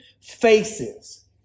faces